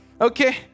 okay